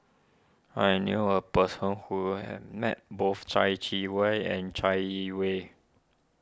I knew a person who has met both Chai Wei and Chai Yee Wei